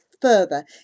further